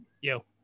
Yo